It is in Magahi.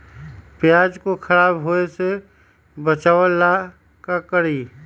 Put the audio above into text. प्याज को खराब होय से बचाव ला का करी?